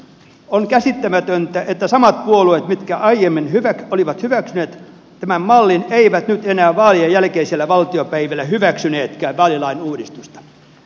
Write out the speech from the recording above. on käsittämätöntä että samat puolueet mitkä aiemmin olivat hyväksyneet tämän mallin eivät nyt enää vaalien jälkeisillä valtiopäivillä hyväksyneetkään vaalilain uudistusta